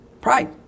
Pride